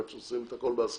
ועד שעושים את הכול בהסכמות,